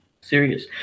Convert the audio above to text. serious